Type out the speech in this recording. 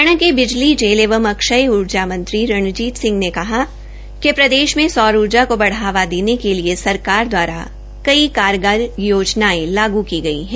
हरियाणा के बिजली जेल एवं अक्षय ऊर्जा मंत्री रणजीत सिंह ने कहा कि प्रदेश में सौर ऊर्जा को बढ़ावा देने के लिए सरकार द्वारा कई कारगर योजनाएं लागु की गई है